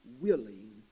willing